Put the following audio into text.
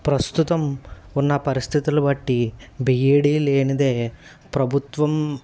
ప్రస్తుతం ఉన్న పరిస్థితులు బట్టి బీఈడీ లేనిదే ప్రభుత్వం